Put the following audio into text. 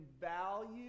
value